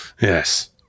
yes